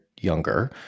younger